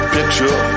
Picture